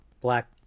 Black